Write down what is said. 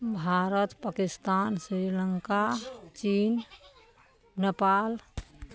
भारत पाकिस्तान श्रीलंका चीन नेपाल